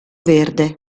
verde